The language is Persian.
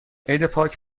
عیدپاک